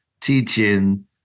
teaching